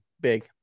big